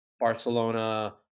Barcelona